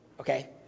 Okay